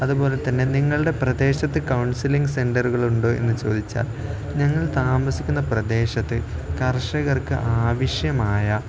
അതുപോലെത്തന്നെ നിങ്ങളുടെ പ്രദേശത്ത് കൗൺസിലിംഗ് സെൻററുകുകളുണ്ടോ എന്ന് ചോദിച്ചാൽ ഞങ്ങൾ താമസിക്കുന്ന പ്രദേശത്ത് കർഷകർക്ക് ആവശ്യമായ